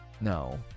no